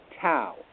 tau